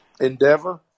endeavor